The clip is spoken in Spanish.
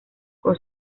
con